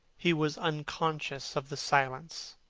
he was unconscious of the silence.